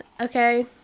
okay